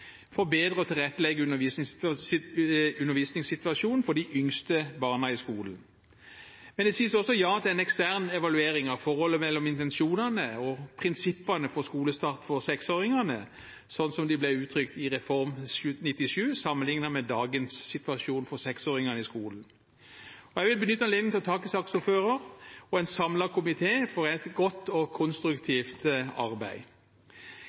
undervisningssituasjonen for de yngste barna i skolen. Men det sies også ja til en ekstern evaluering av forholdet mellom intensjonene og prinsippene for skolestart for seksåringene, slik som de ble uttrykt i Reform 97, sammenlignet med dagens situasjon for seksåringene i skolen. Jeg vil benytte anledningen til å takke saksordføreren og en samlet komité for et godt og konstruktivt arbeid.